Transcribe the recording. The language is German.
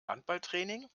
handballtraining